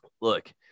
look